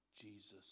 Jesus